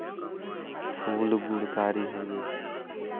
फूल गुणकारी हउवे